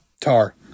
Tar